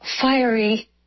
fiery